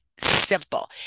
simple